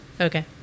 Okay